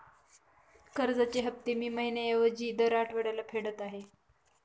कर्जाचे हफ्ते मी महिन्या ऐवजी दर आठवड्याला फेडत आहे